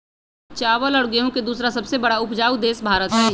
चावल और गेहूं के दूसरा सबसे बड़ा उपजाऊ देश भारत हई